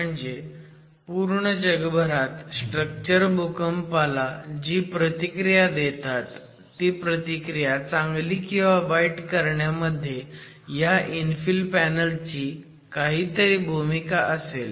म्हणजे पूर्ण जगभरात स्ट्रक्चर भूकंपाला जी प्रतिक्रिया देतात ती प्रतिक्रिया चांगली किंवा वाईट करण्यामध्ये ह्या इन्फिल पॅनल ची काहीतरी भूमिका असेल